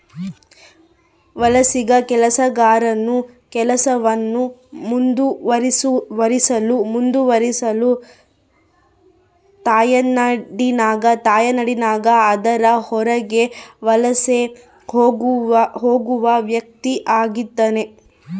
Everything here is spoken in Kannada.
ವಲಸಿಗ ಕೆಲಸಗಾರನು ಕೆಲಸವನ್ನು ಮುಂದುವರಿಸಲು ತಾಯ್ನಾಡಿನಾಗ ಅದರ ಹೊರಗೆ ವಲಸೆ ಹೋಗುವ ವ್ಯಕ್ತಿಆಗಿರ್ತಾನ